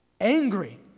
angry